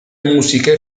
musiche